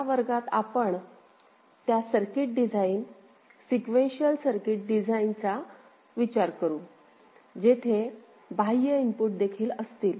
तर या वर्गात आपण त्या सर्किट डिझाईन सिक्वेन्शिअल सर्किट डिझाइनचा विचार करू जेथे बाह्य इनपुट देखील असतील